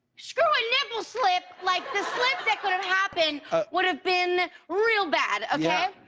screw a nipple slip, like the slip that could have happened would have been real bad, um yeah